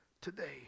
today